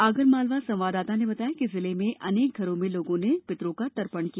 आगरमालवा संवाददाता ने बताया कि जिले में अनेक घरों में लोगों ने पितरों का तर्पण किया